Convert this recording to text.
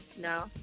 no